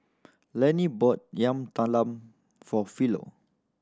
Lenny bought Yam Talam for Philo